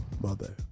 mother